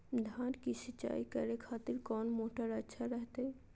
धान की सिंचाई करे खातिर कौन मोटर अच्छा रहतय?